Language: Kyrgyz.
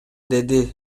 деди